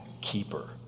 keeper